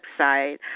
website